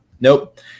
nope